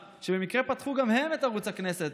שבמקרה פתחו גם הם את ערוץ הכנסת,